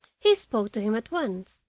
he spoke to him at once.